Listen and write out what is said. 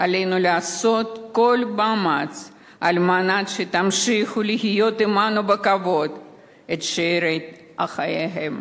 עלינו לעשות כל מאמץ כדי שתמשיכו לחיות עמנו בכבוד את שארית חייכם.